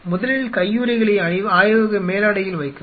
முதலில் கையுறைகளை ஆய்வக மேலாடையில் வைக்கவும்